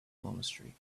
monastery